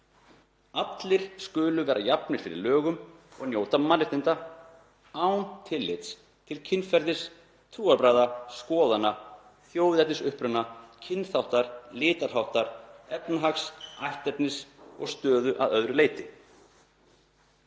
„Allir skulu vera jafnir fyrir lögum og njóta mannréttinda án tillits til kynferðis, trúarbragða, skoðana, þjóðernisuppruna, kynþáttar, litarháttar, efnahags, ætternis og stöðu að öðru leyti.“